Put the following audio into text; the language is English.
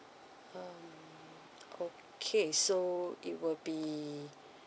um okay so it will be